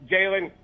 Jalen